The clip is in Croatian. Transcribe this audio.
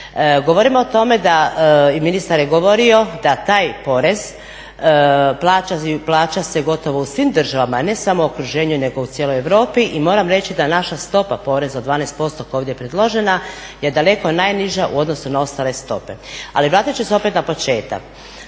Govorimo o tome da, i ministar je govorio, da taj porez plaća se gotovo u svim državama, ne samo u okruženju nego u cijeloj Europi i moram reći da naša stopa poreza od 12% koja je ovdje predložena je daleko najniža u odnosu na ostale stope. Ali vratit ću se opet na početak,